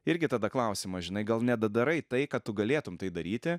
irgi tada klausimas žinai gal nedadarai tai ką tu galėtum tai daryti